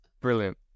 Brilliant